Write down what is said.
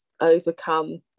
overcome